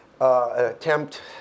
attempt